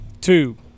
two